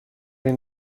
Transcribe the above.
این